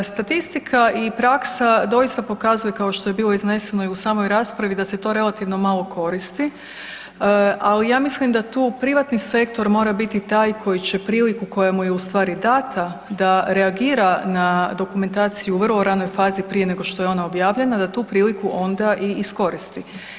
Statistika i praksa doista pokazuju kao što je bilo izneseno i u samoj raspravi da se to relativno malo koristi, ali ja mislim da tu privatni sektor mora biti taj koji će priliku koja mu je ustvari dana da reagira na dokumentaciju u vrlo ranoj fazi prije nego što je ona objavljena, da tu priliku onda i iskoristi.